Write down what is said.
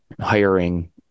hiring